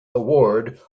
award